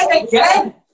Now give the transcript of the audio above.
again